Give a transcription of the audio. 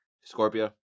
Scorpio